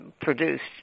produced